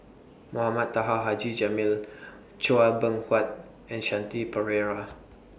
Mohamed Taha Haji Jamil Chua Beng Huat and Shanti Pereira